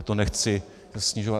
Já to nechci snižovat.